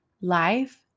life